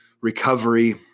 recovery